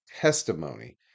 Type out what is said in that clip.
testimony